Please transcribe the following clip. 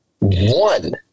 one